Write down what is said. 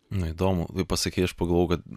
na įdomu pasakei aš pagavau kad